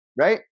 right